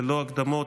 ללא הקדמות,